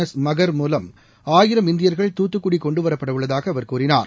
S மகா் மூலம் ஆயிரம் இஇந்தியா்கள் தூத்துக்குடிகொண்டுவரப்படஉள்ளதாகஅவர் கூறினார்